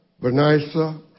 Vanessa